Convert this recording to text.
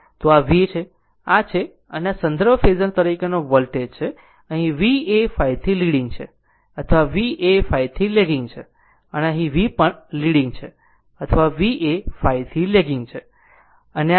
તો આ V છે આ છે અને આ સંદર્ભ ફેઝર તરીકેનો વોલ્ટેજ છે કે અહીં v એ ϕ થી લીડીંગ છે અથવા V એ ϕ થી લેગીગ છે અને અહીં v પણ લીડીંગ ϕ છે અથવા V એ ϕ થી લેગીગ છે